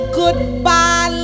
goodbye